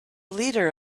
leader